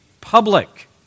public